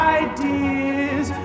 ideas